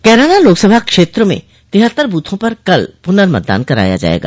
कैराना लोकसभा क्षेत्र में तिहत्तर बूथों पर कल पूर्नमतदान कराया जायेगा